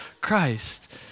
Christ